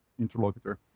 interlocutor